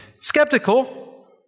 skeptical